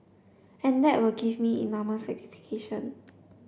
and that will give me enormous satisfaction